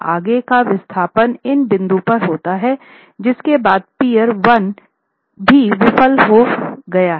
आगे का विस्थापन इस बिंदु पर होता हैं जिसके बाद पीअर 1 भी विफल हो गया है